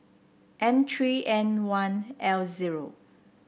M three N one L zero